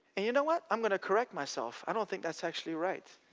and you know what? i'm going to correct myself, i don't think that's actually right.